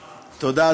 תודה,